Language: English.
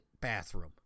bathroom